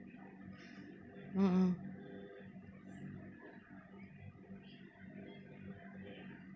mm mm